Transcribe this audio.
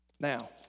Now